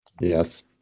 Yes